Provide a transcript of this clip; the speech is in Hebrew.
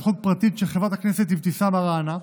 חוק פרטית של חברת הכנסת אבתיסאם מראענה,